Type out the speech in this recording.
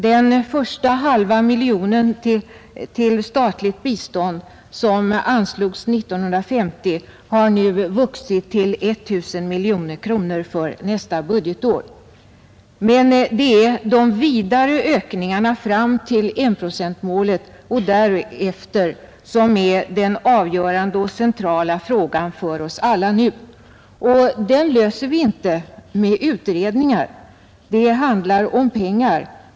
Den första halva miljonen till statligt bistånd som anslogs 1950 har nu vuxit till I 000 miljoner kronor för nästa budgetår. Men det är de fortsatta ökningarna fram till enprocentsmålet och därefter som nu är den avgörande och centrala frågan för oss alla — och den löser vi inte med utredningar. Det handlar om pengar.